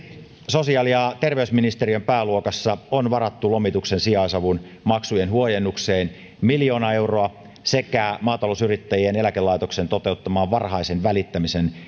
sosiaali ja terveysministeriön pääluokassa on varattu lomituksen sijaisavun maksujen huojennukseen miljoona euroa sekä maatalousyrittäjien eläkelaitoksen toteuttamaan varhaisen välittämisen